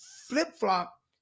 flip-flop